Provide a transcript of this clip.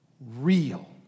real